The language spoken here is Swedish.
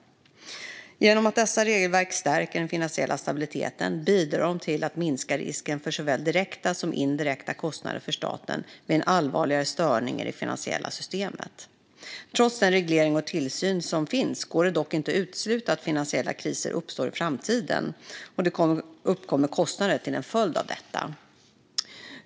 Genom att dessa regelverk stärker den finansiella stabiliteten bidrar de till att minska risken för såväl direkta som indirekta kostnader för staten vid en allvarligare störning i det finansiella systemet. Trots den reglering och tillsyn som finns går det dock inte att utesluta att finansiella kriser uppstår i framtiden och att det uppkommer kostnader som en följd av detta.